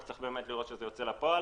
רק צריך לראות שזה יוצא לפועל.